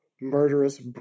murderous